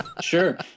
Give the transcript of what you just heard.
Sure